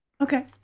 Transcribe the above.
okay